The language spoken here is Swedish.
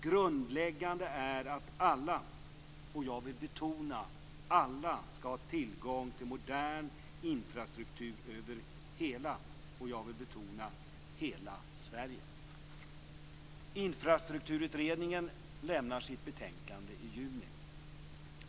Grundläggande är att alla - jag vill betona alla - skall ha tillgång till modern infrastruktur över hela - jag vill betona hela - Sverige. Infrastrukturutredningen lämnar sitt betänkande i juni.